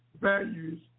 values